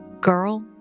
girl